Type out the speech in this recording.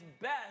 best